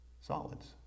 solids